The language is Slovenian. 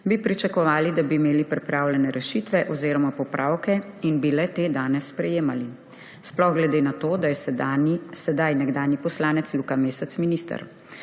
bi pričakovali, da bi imeli pripravljene rešitve oziroma popravke in bi le-te danes sprejemali, sploh glede na to, da je sedaj nekdanji poslanec Luka Mesec minister.